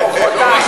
לא, מחרתיים.